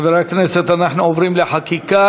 חברי הכנסת, אנחנו עוברים לחקיקה: